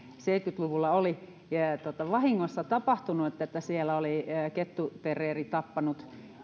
seitsemänkymmentä luvulla oli vahingossa tapahtunut kun kettuterrieri oli tappanut